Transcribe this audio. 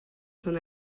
són